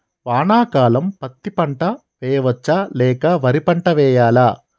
వానాకాలం పత్తి పంట వేయవచ్చ లేక వరి పంట వేయాలా?